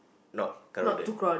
not crowded